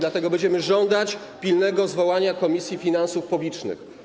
Dlatego będziemy żądać pilnego zwołania posiedzenia Komisji Finansów Publicznych.